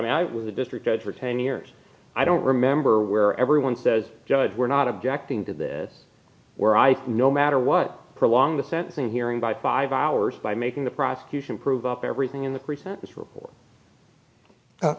mean i was a district judge for ten years i don't remember where everyone says judge we're not objecting to this where i think no matter what prolong the sentencing hearing by five hours by making the prosecution prove up everything in the pre sentence